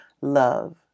love